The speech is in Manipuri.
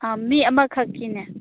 ꯑꯥ ꯃꯤ ꯑꯃꯈꯛꯀꯤꯅꯦ